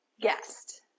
guest